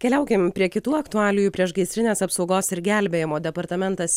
keliaukim prie kitų aktualijų priešgaisrinės apsaugos ir gelbėjimo departamentas